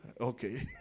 Okay